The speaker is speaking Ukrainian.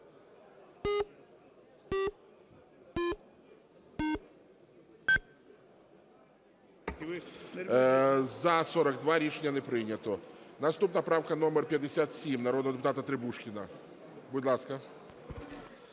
За-42 Рішення не прийнято. Наступна правка - номер 57, народного депутата Требушкіна. Будь ласка.